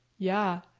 yeah.